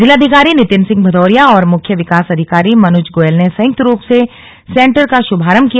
जिलाधिकारी नितिन सिंह भदौरिया और मुख्य विकास अधिकारी मनुज गोयल ने संयुक्त रुप से सेन्टर का शुभारंभ किया